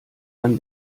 dann